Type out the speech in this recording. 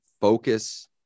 focus